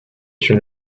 une